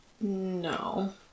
No